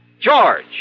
George